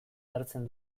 jartzen